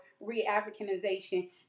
re-Africanization